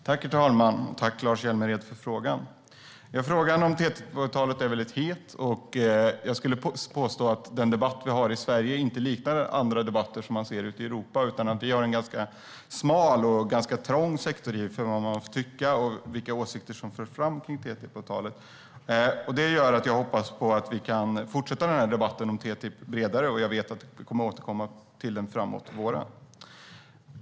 Herr talman! Tack, Lars Hjälmered, för frågan! Frågan om TTIP-avtalet är het, och jag skulle påstå att den debatt vi har i Sverige inte liknar andra debatter i Europa. Det är en smal och trång sektor för vad man får tycka och vilka åsikter som förs fram i fråga om TTIP-avtalet. Det gör att jag hoppas att vi kan fortsätta med en bred debatt om TTIP. Jag vet att vi kommer att återkomma till TTIP framåt våren.